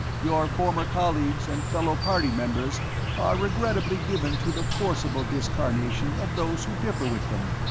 your former colleagues and fellow-party-members are regrettably given to the forcible discarnation of those who differ with them.